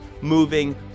moving